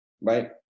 right